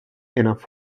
enough